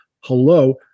hello